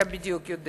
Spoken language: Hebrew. אתה בדיוק יודע,